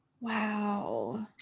Wow